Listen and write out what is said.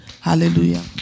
Hallelujah